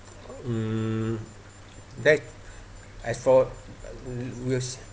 mm that as for was